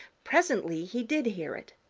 presently he did hear it.